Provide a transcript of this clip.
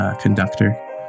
conductor